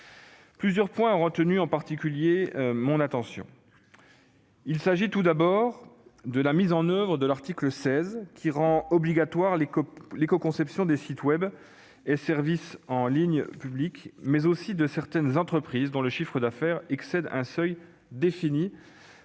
Plusieurs points ont en particulier retenu mon attention. Il s'agit tout d'abord de la mise en oeuvre de l'article 16, qui rend obligatoire l'écoconception des sites web et des services en ligne publics, mais aussi de certaines entreprises dont le chiffre d'affaires excède un seuil défini